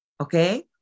okay